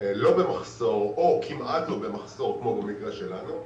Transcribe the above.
לא במחזור או כמעט לא במחסור כמו במקרה שלנו,